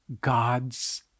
God's